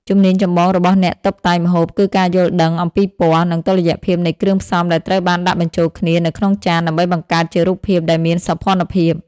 ជំនាញចម្បងរបស់អ្នកតុបតែងម្ហូបគឺការយល់ដឹងអំពីពណ៌ និងតុល្យភាពនៃគ្រឿងផ្សំដែលត្រូវបានដាក់បញ្ជូលគ្នានៅក្នុងចាន ដើម្បីបង្កើតជារូបភាពដែលមានសោភ័ណភាព។